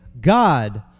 God